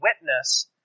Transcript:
witness